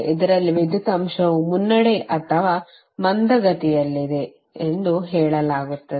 ಇದರಲ್ಲಿ ವಿದ್ಯುತ್ ಅಂಶವು ಮುನ್ನಡೆ ಅಥವಾ ಮಂದಗತಿಯಲ್ಲಿದೆ ಎಂದು ಹೇಳಲಾಗುತ್ತದೆ